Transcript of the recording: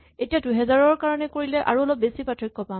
এতিয়া ২০০০ ৰ কাৰণে কৰিলে আৰু অলপ বেছি পাৰ্থক্য দেখা পাম